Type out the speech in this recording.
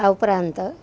આ ઉપરાંત